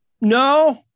No